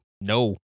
no